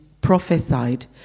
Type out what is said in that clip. prophesied